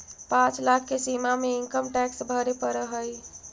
पाँच लाख के सीमा में इनकम टैक्स भरे पड़ऽ हई